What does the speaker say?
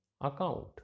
account